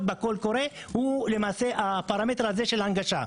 בקול קורא הוא למעשה הפרמטר הזה של הנגשה.